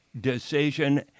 decision